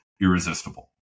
irresistible